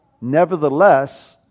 nevertheless